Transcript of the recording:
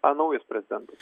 a naujas prezidentas